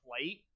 flight